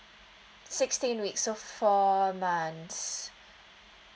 sixteen weeks so four months